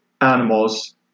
animals